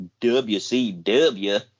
WCW